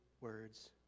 words